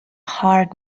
hard